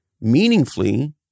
meaningfully